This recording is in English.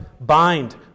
bind